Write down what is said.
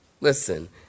Listen